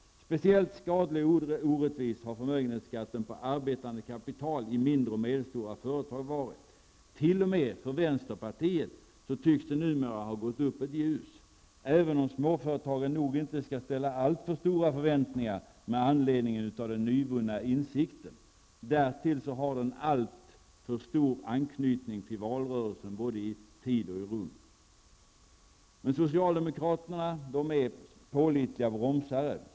Speciellt skadlig och orättvis har förmögenhetsskatten på arbetande kapital i mindre och medelstora företag varit. T.o.m. för vänsterpartiet tycks det numera ha gått upp ett ljus. Men inom småföretagen skall man nog inte ha alltför stora förväntningar med anledning av den här nyvunna insikten. Dessutom har den alltför stark anknytning till valrörelsen både i tid och i rum. Socialdemokraterna är pålitliga bromsare.